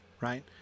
right